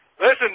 Listen